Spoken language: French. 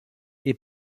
est